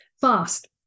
fast